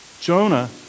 Jonah